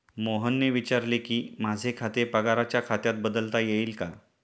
मोहनने विचारले की, माझे खाते पगाराच्या खात्यात बदलता येईल का